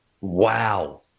Wow